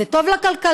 זה טוב לכלכלה,